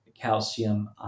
calcium